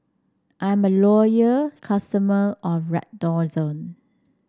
I'm a loyal customer of Redoxon